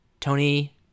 Tony